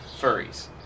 furries